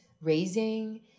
raising